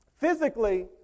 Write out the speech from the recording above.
physically